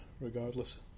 regardless